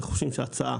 אנחנו חושבים שההצעה